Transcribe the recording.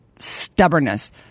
stubbornness